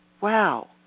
wow